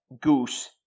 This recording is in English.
Goose